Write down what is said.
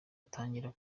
atangira